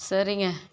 சரிங்க